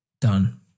done